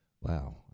wow